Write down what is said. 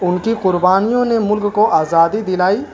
ان کی قربانیوں نے ملک کو آزادی دلائی